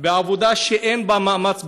בעבודה שאין בה מאמץ גופני,